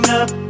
up